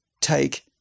take